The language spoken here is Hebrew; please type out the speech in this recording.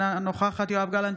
אינה נוכחת יואב גלנט,